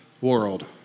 world